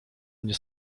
mnie